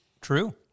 true